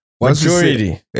majority